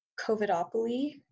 Covidopoly